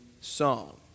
song